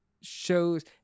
shows